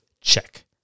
check